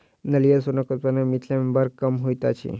नारियल सोनक उत्पादन मिथिला मे बड़ कम होइत अछि